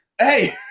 Hey